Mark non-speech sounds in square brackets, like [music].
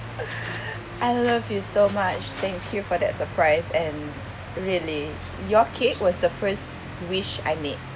[laughs] I love you so much thank you for that surprise and really your cake was the first wish I made